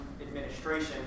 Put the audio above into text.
administration